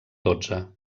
dotze